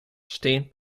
steen